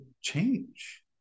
change